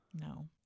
no